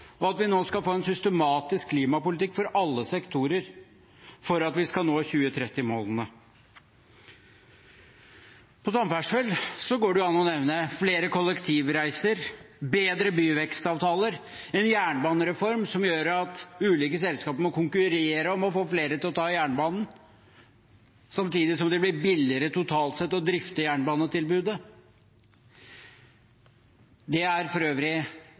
og at vi nå skal få en systematisk klimapolitikk for alle sektorer for at vi skal nå 2030-målene. På samferdsel går det jo an å nevne flere kollektivreiser, bedre byvekstavtaler, en jernbanereform som gjør at ulike selskaper må konkurrere om å få flere til å ta jernbanen, samtidig som det blir billigere totalt sett å drifte jernbanetilbudet. Det er for øvrig